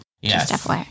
Yes